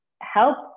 help